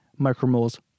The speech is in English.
micromoles